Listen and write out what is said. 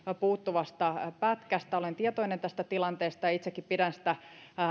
puuttuvasta pätkästä olen tietoinen tästä tilanteesta ja itsekin pidän sitä